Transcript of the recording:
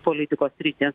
politikos sritį